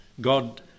God